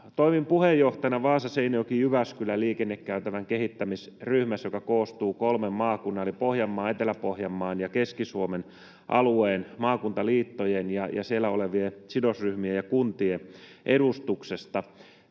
Toimin puheenjohtajana Vaasa—Seinäjoki—Jyväskylä-liikennekäytävän kehittämisryhmässä, joka koostuu kolmen maakunnan eli Pohjanmaan, Etelä-Pohjanmaan ja Keski-Suomen alueiden maakuntaliittojen ja siellä olevien sidosryhmien ja kuntien edustuksesta.